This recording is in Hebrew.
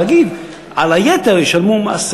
ולהגיד: על היתר ישלמו מס.